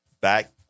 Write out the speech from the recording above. back